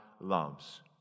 loves